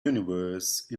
universe